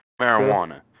marijuana